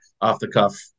off-the-cuff